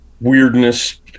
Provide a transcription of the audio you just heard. weirdness